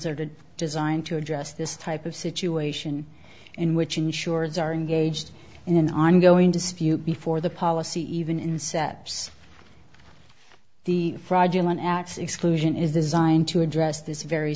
to designed to address this type of situation in which insurers are engaged in an ongoing dispute before the policy even inset the fraudulent acts exclusion is designed to address this very